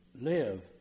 live